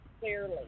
clearly